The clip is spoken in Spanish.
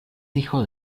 hijo